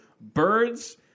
BIRDS